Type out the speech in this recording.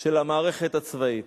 של המערכת הצבאית.